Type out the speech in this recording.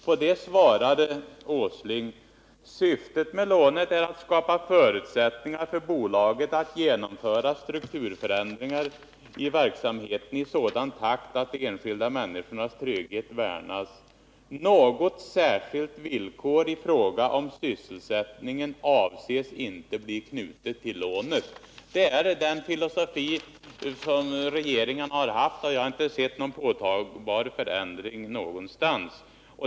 På det svarade Nils Åsling: Syftet med lånet är att skapa förutsättningar för bolaget att genomföra strukturförändringar i verksamheten i sådan takt att de enskilda människornas trygghet värnas. Något särskilt villkor i fråga om sysselsättningen avses inte bli knutet till lånet. Det är den filosofi som regeringen har haft, och jag har inte sett någon påtaglig förändring.